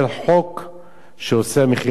שאוסר מכירת אדמות לאויב,